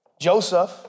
Joseph